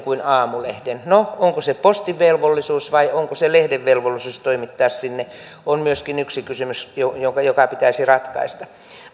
kuin aamulehden no se onko se postin velvollisuus vai onko se lehden velvollisuus toimittaa sinne on myöskin yksi kysymys joka pitäisi ratkaista